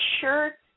shirt